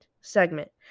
segment